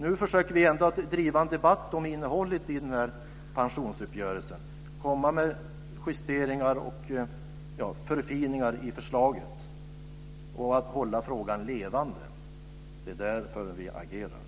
Nu försöker vi ändå driva en debatt om innehållet i den här pensionsuppgörelsen, komma med justeringar och förfiningar av förslaget och hålla frågan levande. Det är därför vi agerar.